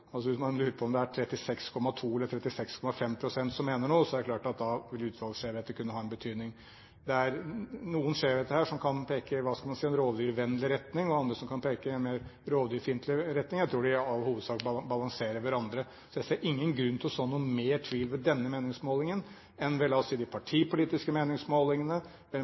Hvis man lurer på om det er 36,2 eller 36,5 pst. som mener noe, er det klart at da vil utslagsskjevheter kunne ha en betydning. Det er noen skjevheter her som kan peke i – hva skal en si – en rovdyrvennlig retning, og andre som kan peke i en mer rovdyrfiendtlig retning. Jeg tror de i all hovedsak balanserer hverandre. Så jeg ser ingen grunn til å så mer tvil ved denne meningsmålingen enn ved de partipolitiske meningsmålingene,